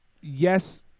yes